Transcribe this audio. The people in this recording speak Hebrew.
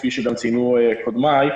כפי שגם ציינו קודמיי,